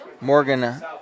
Morgan